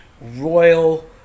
royal